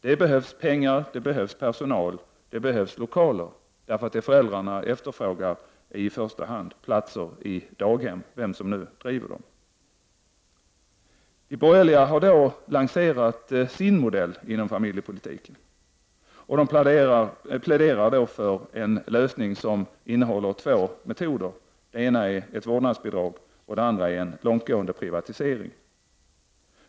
Det behövs pengar, det behövs personal och det behövs lokaler därför att det som föräldrarna efterfrågar i första hand är plats i daghem — vem som än driver dessa. De borgerliga har i det sammanhanget lanserat sin modell inom familjepolitiken, och de pläderar för en lösning som innehåller två metoder. Den ena metoden är ett vårdnadsbidrag och den andra är en långtgående privatisering.